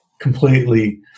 completely